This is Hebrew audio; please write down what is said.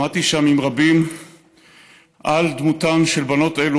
עמדתי שם עם רבים על דמותן של בנות אלה